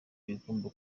bigomba